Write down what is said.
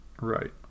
Right